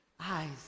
eyes